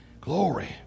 glory